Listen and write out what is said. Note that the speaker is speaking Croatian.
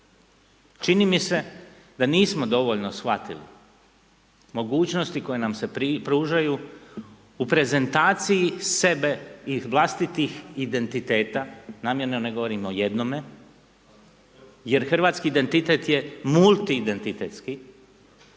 Čini mi se da nismo dovoljno shvatili mogućnosti koje nam se pružaju u prezentaciji sebe i vlastitih identiteta, namjerno ne govorim o jednome, jer hrvatski identitet je multi identitetski